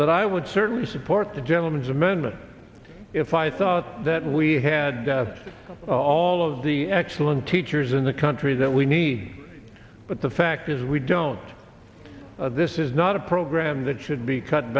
that i would certainly support the gentleman's amendment if i thought that we had all of the excellent teachers in the country that we need but the fact is we don't this is not a program that should be cut